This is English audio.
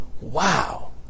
wow